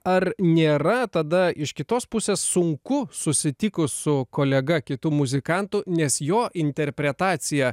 ar nėra tada iš kitos pusės sunku susitikus su kolega kitu muzikantu nes jo interpretacija